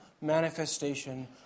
manifestation